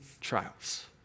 trials